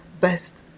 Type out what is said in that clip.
best